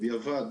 בדיעבד,